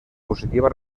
positiva